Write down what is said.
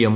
M